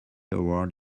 award